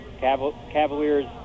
Cavaliers